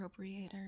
appropriator